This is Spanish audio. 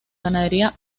ganadería